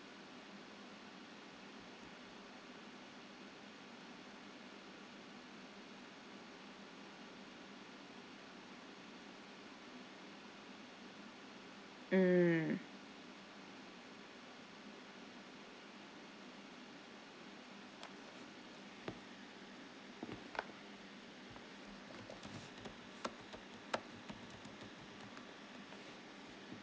mm